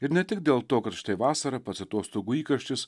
ir ne tik dėl to kad štai vasara pats atostogų įkarštis